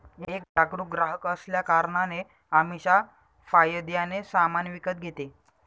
एक जागरूक ग्राहक असल्या कारणाने अमीषा फायद्याने सामान विकत घेते